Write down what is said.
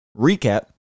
recap